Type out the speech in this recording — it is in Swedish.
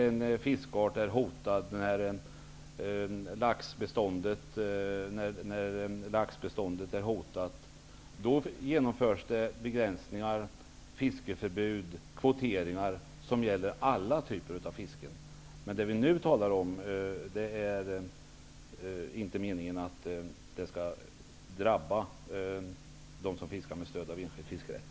En fiskart kan vara hotad, t.ex. laxbeståndet. Då genomförs begränsningar, fiskeförbud, kvoteringar som gäller alla typer av fiske. Men de bestämmelser vi nu talar om skall inte gälla den som fiskar med stöd av enskild fiskerätt.